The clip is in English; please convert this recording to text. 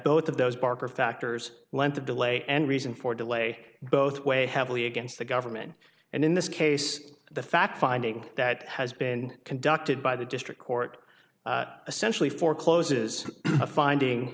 both of those barker factors lead to delay and reason for delay both weigh heavily against the government and in this case the fact finding that has been conducted by the district court essentially forecloses a finding